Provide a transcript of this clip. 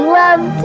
love